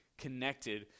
connected